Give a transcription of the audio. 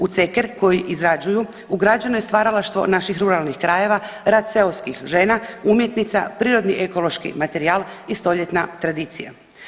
U ceker koji izrađuju ugrađeno je stvaralaštvo naših ruralnih krajeva, rad seoskih žena, umjetnica, prirodni ekološki materijal i stoljetna tradicija.